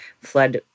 flood